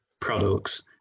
products